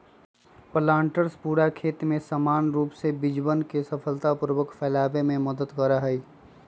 planters पूरा खेत में समान रूप से बीजवन के कुशलतापूर्वक फैलावे में मदद करा हई